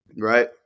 right